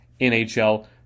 NHL